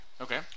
Okay